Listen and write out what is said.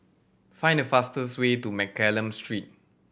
find the fastest way to Mccallum Street